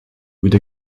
with